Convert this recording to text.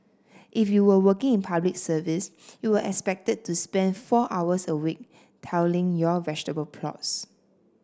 if you were working in Public Service you were expected to spend four hours a week tilling your vegetable plots